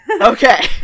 Okay